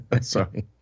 Sorry